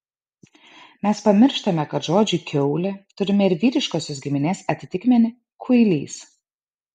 mes pamirštame kad žodžiui kiaulė turime ir vyriškosios giminės atitikmenį kuilys